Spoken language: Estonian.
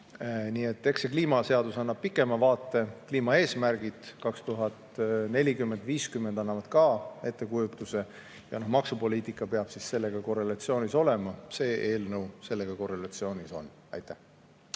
Nii et eks see kliimaseadus annab pikema vaate, kliimaeesmärgid 2040.–2050. aastaks annavad ka ettekujutuse ja maksupoliitika peab sellega korrelatsioonis olema. See eelnõu sellega korrelatsioonis on. Varro